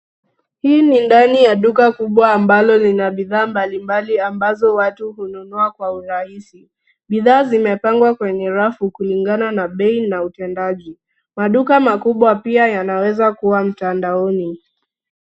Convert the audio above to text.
Hii ni ndani ya duka kubwa ambalo lina bidhaa mbalimbali ambazo watu hununua kwa urahisi. Bidhaa zimepangwa kwenye rafu kulingana na bei na utendaji. Maduka makubwa pia yanaweza kuwa mtandaoni.